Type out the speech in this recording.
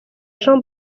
jean